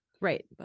Right